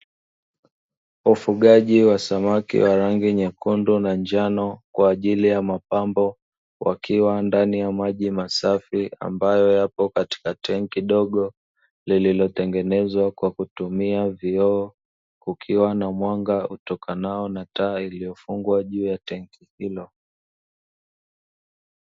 Ufugaji wa samaki wa rangi nyekundu na njano kwa ajili ya mapambo wakiwa ndani ya maji masafi ambayo yapo katika tenki dogo lililotengenezwa kwa kutumia vioo kukiwa na mwanga utokanao na taa lililofungwa juu ya tenki hilo.